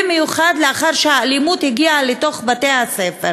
במיוחד לאחר שהאלימות הגיעה לתוך בתי-הספר.